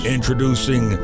Introducing